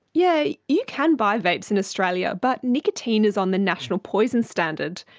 yeah. you can buy vapes in australia. but nicotine is on the national poisons standard,